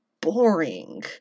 boring